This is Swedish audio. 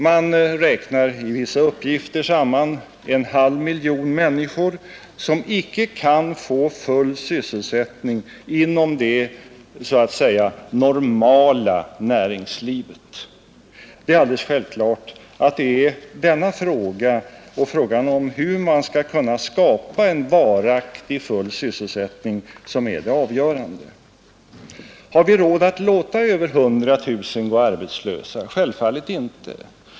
I vissa uppgifter har räknats samman en halv miljon människor som icke kan få full sysselsättning inom det så att säga normala näringslivet. Det är alldeles självklart att det är kampen mot arbetslösheten, frågan hur man skall skapa varaktig, full sysselsättning som är det avgörande. Har vi råd att låta över 100 000 människor gå arbetslösa? Självfallet inte.